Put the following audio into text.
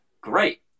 great